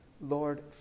Lord